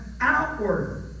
outward